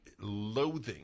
loathing